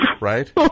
Right